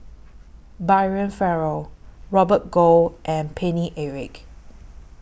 Brian Farrell Robert Goh and Paine Eric